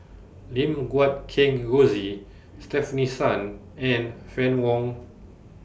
Lim Guat Kheng Rosie Stefanie Sun and Fann Wong